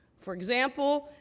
for example,